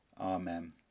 Amen